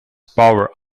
power